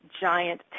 giant